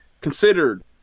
considered